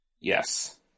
Yes